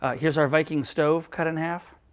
ah here's our viking stove cut in half.